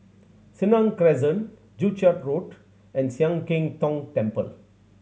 Senang Crescent Joo Chiat Road and Sian Keng Tong Temple